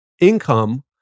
income